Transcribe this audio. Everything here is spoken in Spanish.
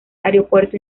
aeropuerto